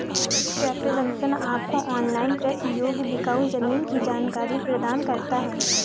tractor Junction आपको online कृषि योग्य बिकाऊ जमीन की जानकारी प्रदान करता है